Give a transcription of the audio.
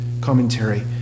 commentary